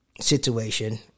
situation